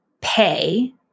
pay